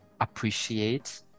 appreciate